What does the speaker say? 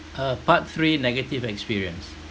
uh part three negative experience